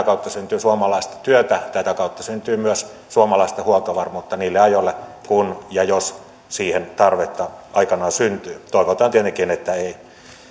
kautta syntyy suomalaista työtä tätä kautta syntyy myös suomalaista huoltovarmuutta niille ajoille kun ja jos siihen tarvetta aikanaan syntyy toivotaan tietenkin että ei